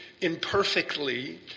imperfectly